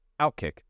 Outkick